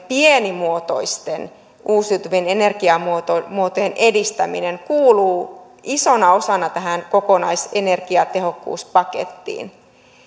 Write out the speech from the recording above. pienimuotoisten uusiutuvien energiamuotojen edistäminen kuuluu isona osana tähän kokonaisenergiatehokkuuspakettiin